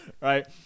Right